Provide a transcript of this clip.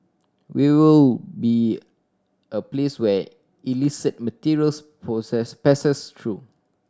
we will be a place where illicit materials process passes through